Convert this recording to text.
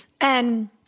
and-